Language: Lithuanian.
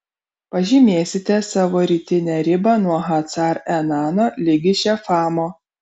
pažymėsite savo rytinę ribą nuo hacar enano ligi šefamo